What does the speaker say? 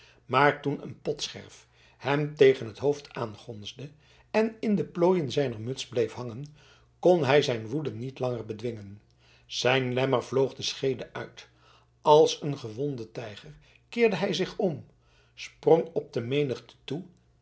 maar toen een potscherf hem tegen het hoofd aangonsde en in de plooien zijner muts bleef hangen kon hij zijn woede niet langer bedwingen zijn lemmer vloog de scheede uit als een gewonde tijger keerde hij zich om sprong op de menigte toe